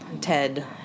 Ted